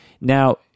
Now